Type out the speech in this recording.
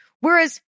Whereas